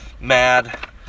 mad